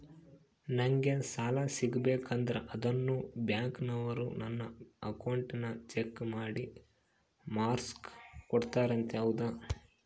ನಂಗೆ ಸಾಲ ಸಿಗಬೇಕಂದರ ಅದೇನೋ ಬ್ಯಾಂಕನವರು ನನ್ನ ಅಕೌಂಟನ್ನ ಚೆಕ್ ಮಾಡಿ ಮಾರ್ಕ್ಸ್ ಕೋಡ್ತಾರಂತೆ ಹೌದಾ?